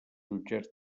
jutjats